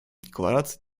декларации